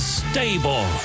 stable